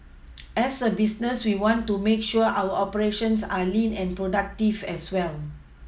as a business we want to make sure our operations are lean and productive as well